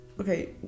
Okay